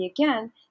again